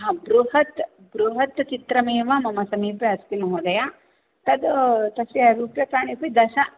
आम् बृहत् बृहत् चित्रमेव मम समीपे अस्ति महोदया तद् तस्य रूप्यकाणि अपि दश